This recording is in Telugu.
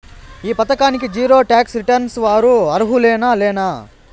ఈ పథకానికి జీరో టాక్స్ రిటర్న్స్ వారు అర్హులేనా లేనా?